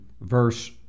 verse